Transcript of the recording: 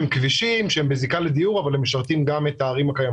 כבישים בזיקה לדיור שמשרתים גם את הערים הקיימות.